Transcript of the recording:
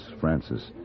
Francis